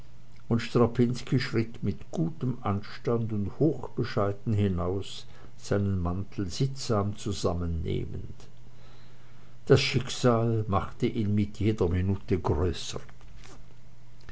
und strapinski schritt mit gutem anstand und doch bescheiden hinaus seinen mantel sittsam zusammennehmend das schicksal machte ihn mit jeder minute größer